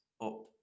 up